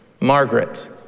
Margaret